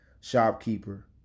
shopkeeper